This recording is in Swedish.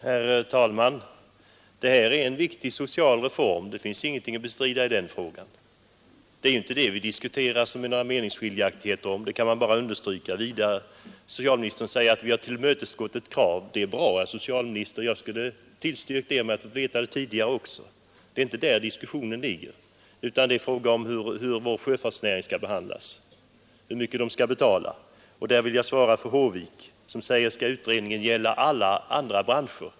Herr talman! Det här är en viktig social reform — det finns ingenting att bestrida i det konstaterandet. Det är ju inte det som vi diskuterar och som det råder några meningsskiljaktigheter om — det kan man bara understryka ytterligare. Socialministern säger att vi har tillmötesgått ett krav. Det är bra, herr socialminister. Jag skulle ha tillstyrkt det om jag hade fått veta det tidigare också. Det är inte det diskussionen gäller, utan det är fråga om hur vår sjöfartsnäring skall behandlas, hur mycket den skall betala. I det sammanhanget vill jag svara fru Håvik som frågar om utredningen skall gälla alla andra branscher.